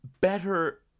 better